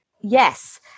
yes